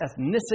ethnicity